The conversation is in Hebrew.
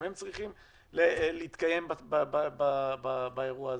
גם הם צריכים להתקיים באירוע הזה.